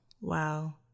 Wow